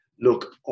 Look